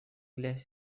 для